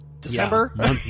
December